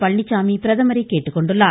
பழனிச்சாமி பிரதமரை கேட்டுக்கொண்டுள்ளார்